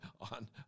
on